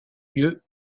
lieu